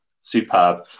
Superb